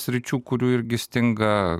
sričių kurių irgi stinga